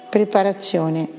Preparazione